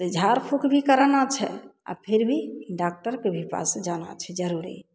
तऽ झाड़ फूक भी कराना छै आओर फिर भी डॉक्टरके भी पास जाना छै जरुरी